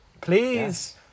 Please